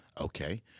Okay